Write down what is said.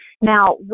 Now